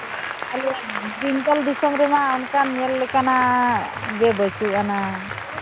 ᱟᱞᱮᱭᱟᱜ ᱵᱮᱝᱜᱚᱞ ᱫᱤᱥᱚᱢ ᱨᱮᱢᱟ ᱚᱱᱠᱟᱱ ᱧᱮᱞ ᱞᱮᱠᱟᱱᱟᱜ ᱜᱮ ᱵᱟᱹᱪᱩᱜ ᱟᱱᱟ